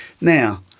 Now